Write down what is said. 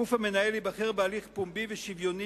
הגוף המנהל ייבחר בהליך פומבי ושוויוני